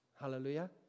Hallelujah